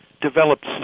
developed